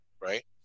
Right